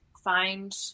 find